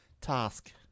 Task